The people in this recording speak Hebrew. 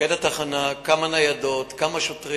מפקד התחנה, לקבוע כמה ניידות, כמה שוטרים.